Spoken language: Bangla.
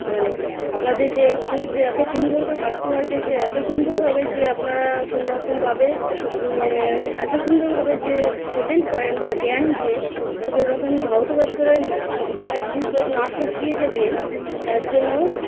মানে আপনাদের যে খুব যে এত সুন্দর করে কাস্টমারকে যে এত সুন্দরভাবে যে আপনারা কোনোরকমভাবে এত সুন্দরভাবে যে প্রেজেন্ট করেন বা দেন যে মানে কোনোরকম ভাউতাবাজি করেননি আপনারা জিনিসগুলো না ঠকিয়ে যে দেন তার জন্য